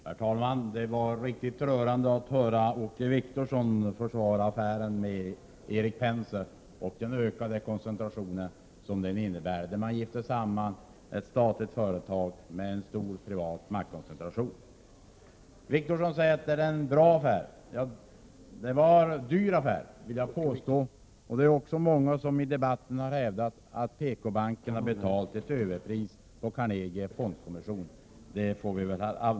Herr talman! Det var riktigt rörande att höra Åke Wictorsson försvara affären med Erik Penser och den ökade koncentration som det innebär när man gifter samman ett statligt företag med en stor privat maktkoncentration. Åke Wictorsson säger att det är en bra affär. Det var en dyr affär, vill jag påstå, och det är också många som i debatten har hävdat att PKbanken har betalt ett överpris för Carnegie Fondkommission; det får vi kanske anledning Prot.